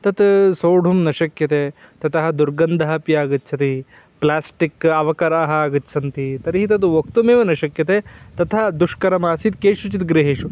तत् सोढुं न शक्यते ततः दुर्गन्धः अपि आगच्छति प्लासिट् अवकराः आगच्छन्ति तर्हि तद् वक्तुमेव न शक्यते तथा दुष्करमासीत् केषुचिद् गृहेषु